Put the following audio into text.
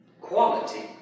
quality